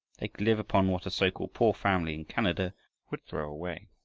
they could live upon what a so-called poor family in canada would throw away.